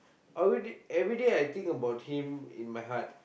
every~ everyday I think about him in my heart